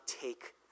take